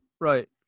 Right